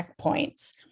checkpoints